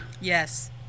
Yes